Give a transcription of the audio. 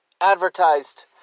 advertised